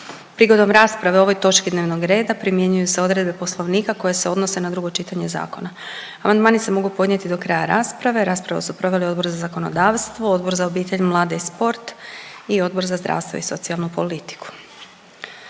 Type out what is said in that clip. Prigodom rasprave o ovoj točki dnevnog reda primjenjuju se odredbe Poslovnika koje se odnose na drugo čitanje zakona. Amandmani se mogu podnijeti do kraja rasprave. Raspravu su proveli Odbor za zakonodavstvo, Odbor za obitelj, mlade i sport i Odbor za zdravstvo i socijalnu politiku.